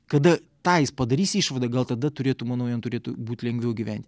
kada tą jis padarys išvadą gal tada turėtų manau jam turėtų būti lengviau gyven